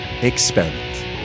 experiment